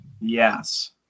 Yes